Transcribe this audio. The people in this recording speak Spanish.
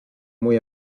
muy